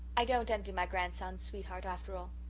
i don't envy my grandson's sweetheart, after all.